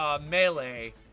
Melee